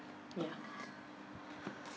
yeah